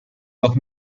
doch